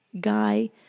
Guy